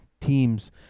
teams